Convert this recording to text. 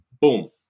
boom